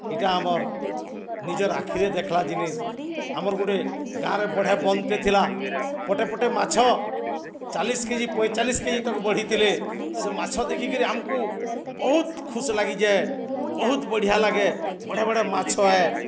ଇଟା ଆମର୍ ନିଜର୍ ଆଖିରେ ଦେଖ୍ଲା ଜିନିଷ୍ ଆମର୍ ଗୁଟେ ଗାଁରେ ବଢ଼େ ବନ୍ଦ୍ଟେ ଥିଲା ପଟେ ପଟେ ମାଛ ଚାଲିଶ୍ କେ ଜି ପଇଁଚାଲିଶ୍ କେ ଜି ତକ୍ ବଢ଼ିଥିଲେ ସେ ମାଛ ଦେଖିକିରି ଆମ୍କୁ ବହୁତ୍ ଖୁସ୍ ଲାଗିଯାଏ ବହୁତ୍ ବଢ଼ିଆ ଲାଗେ ବଢ଼େ ବଢ଼େ ମାଛ